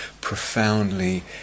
profoundly